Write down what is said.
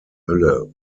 hölle